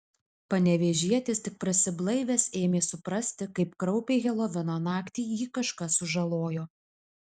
panevėžietis tik prasiblaivęs ėmė suprasti kaip kraupiai helovino naktį jį kažkas sužalojo